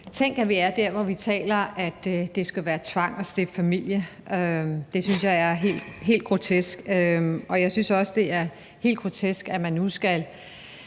Tænk, at vi er der, hvor vi taler om, at det skal være tvang at stifte familie. Det synes jeg er helt grotesk. Og jeg synes også, det er helt grotesk, at man nu skal